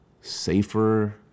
safer